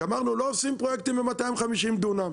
כי אמרנו: "לא עושים פרויקטים ב-250 דונם,